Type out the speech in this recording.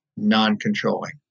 non-controlling